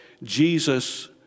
Jesus